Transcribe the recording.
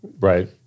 right